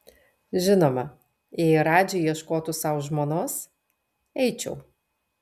žinoma jei radži ieškotų sau žmonos eičiau